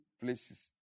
places